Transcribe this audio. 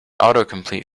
autocomplete